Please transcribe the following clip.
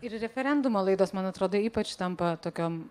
ir referendumo laidos man atrodo ypač tampa tokiom